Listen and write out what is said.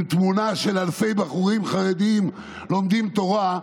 עם תמונה של אלפי בחורים חרדים לומדים תורה,